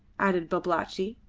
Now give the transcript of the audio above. added babalatchi,